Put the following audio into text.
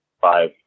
five